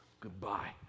goodbye